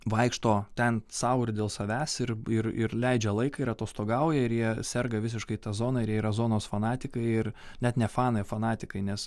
vaikšto ten sau ir dėl savęs ir ir ir leidžia laiką ir atostogauja ir jie serga visiškai ta zona ir yra zonos fanatikai ir net ne fanai fanatikai nes